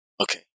Okay